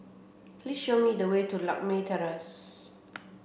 please show me the way to Lakme Terrace